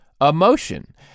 emotion